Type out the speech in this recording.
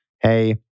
hey